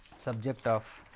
subject of